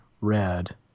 Red